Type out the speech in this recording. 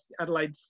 Adelaide